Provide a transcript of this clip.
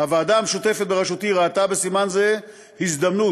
הוועדה המשותפת בראשותי ראתה בסימן זה הזדמנות